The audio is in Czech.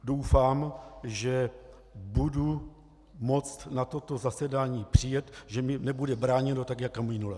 Doufám, že budu moci na toto zasedání přijet, že mi nebude bráněno tak jako minule.